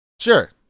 Sure